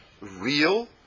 real